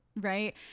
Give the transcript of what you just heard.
right